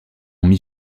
mit